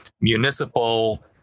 municipal